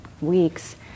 weeks